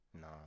no